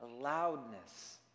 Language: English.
loudness